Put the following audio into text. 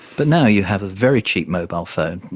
but now you have a very cheap mobile phone,